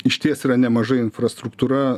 išties yra nemažai infrastruktūra